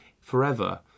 forever